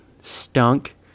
stunk